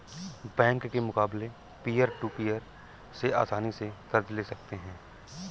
bank के मुकाबले peer to peer से आसनी से कर्ज ले सकते है